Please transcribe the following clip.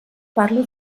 parlo